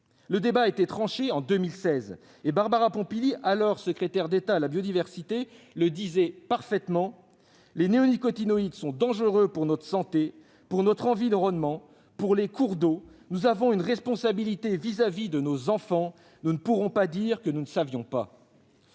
Le débat a été tranché en 2016 et Barbara Pompili, alors secrétaire d'État chargée de la biodiversité, le disait parfaitement :« Les néonicotinoïdes sont dangereux pour notre santé, pour notre environnement, pour les cours d'eau. Nous avons une responsabilité vis-à-vis de nos enfants, nous ne pourrons pas dire que nous ne savions pas !